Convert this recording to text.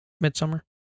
Midsummer